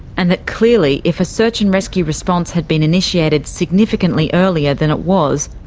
and that clearly if a search and rescue response had been initiated significantly earlier than it was,